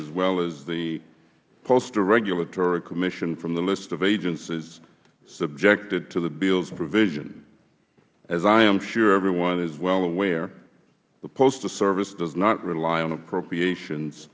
as well as the postal regulatory commission from the list of agencies subjected to the bills provision as i am sure everyone is well aware the postal service does not rely on appropriations